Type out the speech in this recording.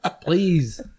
Please